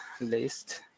list